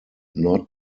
knot